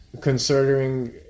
considering